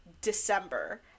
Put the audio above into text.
December